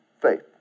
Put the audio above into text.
Faith